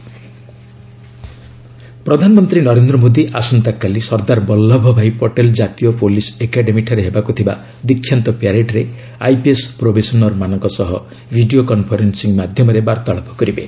PM IPS probationers ପ୍ରଧାନମନ୍ତ୍ରୀ ନରେନ୍ଦ୍ର ମୋଦି ଆସନ୍ତାକାଲି ସର୍ଦ୍ଦାର ବଲ୍ଲଭ ଭାଇ ପଟେଲ୍ ଜାତୀୟ ପୁଲିସ୍ ଏକାଡେମୀଠାରେ ହେବାକୁ ଥିବା ଦୀକ୍ଷାନ୍ତ ପ୍ୟାରେଡ୍ରେ ଆଇପିଏସ୍ ପ୍ରୋବେସନର୍ ମାନଙ୍କ ସହ ଭିଡ଼ିଓ କନ୍ଫରେନ୍ଦିଂ ମାଧ୍ୟମରେ ବାର୍ଭାଳାପ କରିବେ